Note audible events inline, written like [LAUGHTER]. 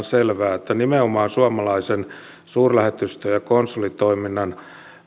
[UNINTELLIGIBLE] selvää nimenomaan suomalaisen suurlähetystö ja konsulitoiminnan